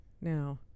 now